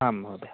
आम् महोदय